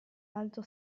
alto